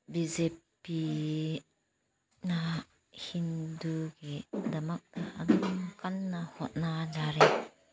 B J ꯄꯤꯅ ꯍꯤꯟꯗꯨꯒꯤꯗꯃꯛꯇ ꯑꯗꯨꯝ ꯀꯟꯅ ꯍꯣꯠꯅꯖꯔꯦ